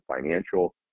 financial